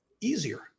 easier